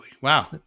wow